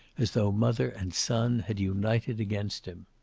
as though mother and son had united against him.